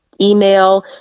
email